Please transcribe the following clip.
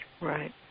Right